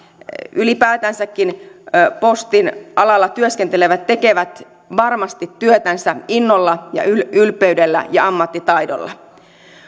ylipäätänsäkin postin alalla työskentelevät tekevät varmasti työtänsä innolla ja ylpeydellä ja ammattitaidolla